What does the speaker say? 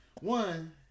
one